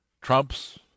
trumps